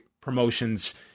promotions